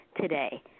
today